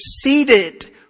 seated